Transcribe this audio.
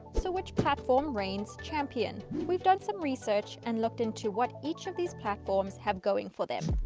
so which platform reigns champion? we've done some research and looked into what each of these platforms have going for them.